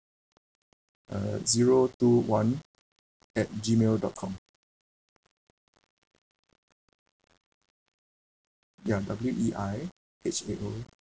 uh zero two one at G mail dot com ya W E I H A O